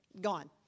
gone